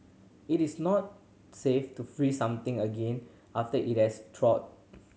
it is not safe to freeze something again after it has thawed